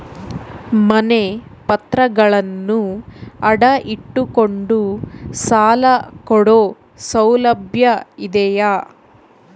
ಮನೆ ಪತ್ರಗಳನ್ನು ಅಡ ಇಟ್ಟು ಕೊಂಡು ಸಾಲ ಕೊಡೋ ಸೌಲಭ್ಯ ಇದಿಯಾ?